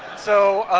so,